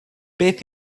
beth